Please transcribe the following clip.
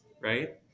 right